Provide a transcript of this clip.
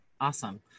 Awesome